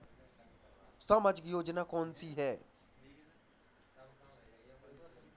सामाजिक योजना कौन कौन सी हैं?